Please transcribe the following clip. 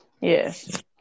yes